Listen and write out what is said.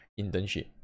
internship